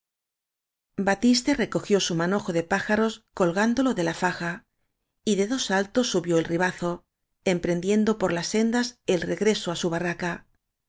batiste recogió su manojo de pájaros col gándolo de la faja y de dos saltos subió el ri bazo emprendiendo por las sendas el regreso á su barraca